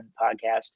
podcast